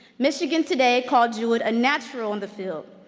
michigan today called jewett a natural in the field.